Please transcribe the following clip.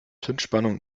zündspannung